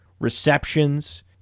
receptions